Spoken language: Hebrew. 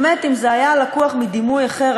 שאם זה היה לקוח מדימוי אחר,